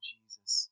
Jesus